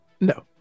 No